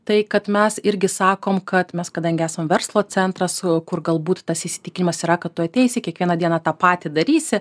tai kad mes irgi sakom kad mes kadangi esam verslo centras su kur galbūt tas įsitikinimas yra kad tu ateisi kiekvieną dieną tą patį darysi